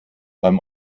beim